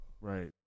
Right